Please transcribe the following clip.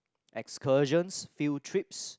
excursion field trips